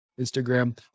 Instagram